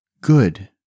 good